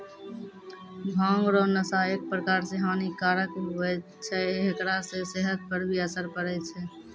भांग रो नशा एक प्रकार से हानी कारक हुवै छै हेकरा से सेहत पर भी असर पड़ै छै